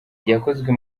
yakozwe